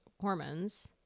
hormones